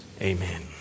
Amen